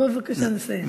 בבקשה לסיים.